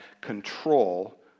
control